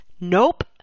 Nope